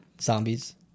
Zombies